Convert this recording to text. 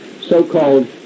so-called